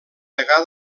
degà